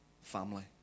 family